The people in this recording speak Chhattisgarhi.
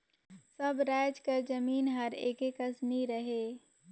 सब राएज कर जमीन हर एके कस नी रहें